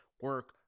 Work